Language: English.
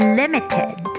limited